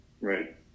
Right